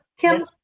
Kim